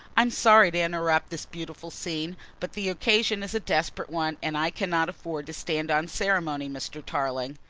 i am sorry to interrupt this beautiful scene, but the occasion is a desperate one and i cannot afford to stand on ceremony, mr. tarling.